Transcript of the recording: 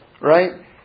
right